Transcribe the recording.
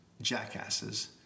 jackasses